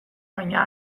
baina